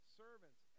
servants